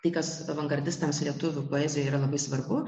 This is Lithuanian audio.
tai kas avangardistams lietuvių poezijoje yra labai svarbu